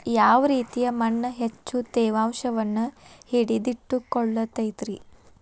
ಯಾವ ರೇತಿಯ ಮಣ್ಣ ಹೆಚ್ಚು ತೇವಾಂಶವನ್ನ ಹಿಡಿದಿಟ್ಟುಕೊಳ್ಳತೈತ್ರಿ?